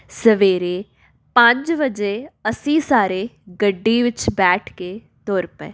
ਸਵੇਰੇ ਪੰਜ ਵਜੇ ਅਸੀਂ ਸਾਰੇ ਗੱਡੀ ਵਿੱਚ ਬੈਠ ਕੇ ਤੁਰ ਪਏ